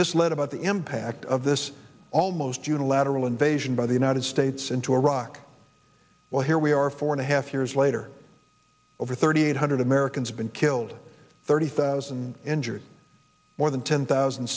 misled about the impact of this almost unilateral invasion by the united states into iraq well here we are four and a half years later over thirty eight hundred americans have been killed thirty thousand injured more than ten thousand